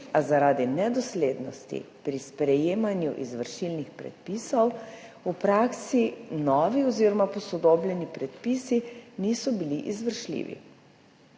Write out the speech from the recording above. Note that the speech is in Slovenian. a zaradi nedoslednosti pri sprejemanju izvršilnih predpisov v praksi novi oziroma posodobljeni predpisi niso bili izvršljivi.